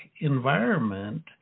environment